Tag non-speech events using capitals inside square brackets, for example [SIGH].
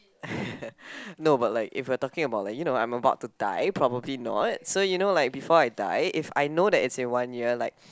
[LAUGHS] no but like if we're talking about like you know I'm about to die probably not so you know like before I die if I know that is a one year like